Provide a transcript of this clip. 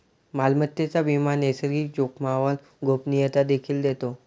मालमत्तेचा विमा नैसर्गिक जोखामोला गोपनीयता देखील देतो